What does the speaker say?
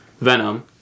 venom